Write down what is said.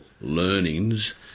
learnings